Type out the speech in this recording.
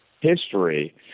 history